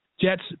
Jets